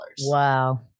Wow